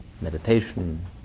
meditation